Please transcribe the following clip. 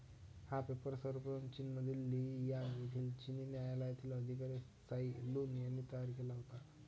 हा पेपर सर्वप्रथम चीनमधील लेई यांग येथील चिनी न्यायालयातील अधिकारी त्साई लुन यांनी तयार केला होता